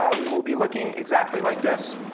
um we will be looking exactly like this.